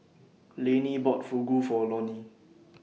Lainey bought Fugu For Lonny